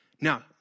Now